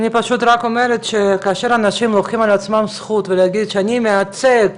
אני פשוט רק אומרת שכאשר אנשים לוקחים על עצמם זכות ולהגיד שהם מייצגים